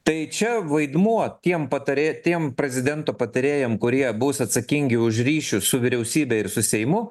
tai čia vaidmuo tiem patarė tiem prezidento patarėjam kurie bus atsakingi už ryšius su vyriausybe ir su seimu